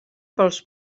pels